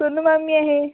सोनू मामी आहे